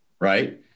Right